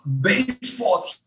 baseball